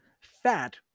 fat